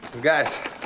guys